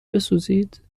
بسوزید